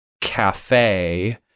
cafe-